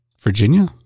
Virginia